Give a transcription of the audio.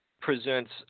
presents